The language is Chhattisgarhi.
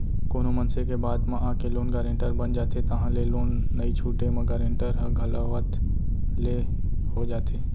कोनो मनसे के बात म आके लोन गारेंटर बन जाथे ताहले लोन नइ छूटे म गारेंटर ह घलावत ले हो जाथे